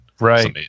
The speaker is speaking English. right